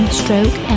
stroke